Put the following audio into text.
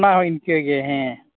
ᱚᱱᱟᱦᱚᱸ ᱤᱱᱠᱟᱹᱜᱮ ᱦᱮᱸ